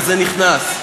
וזה נכנס.